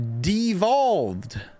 devolved